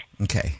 Okay